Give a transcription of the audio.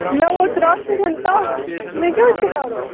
مےٚ ووت راتہٕ پٮ۪ٹھ تَپھ مےٚ کیٛاہ چھُ کَرُن